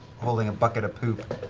holding a bucket of poop.